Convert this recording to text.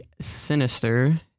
Sinister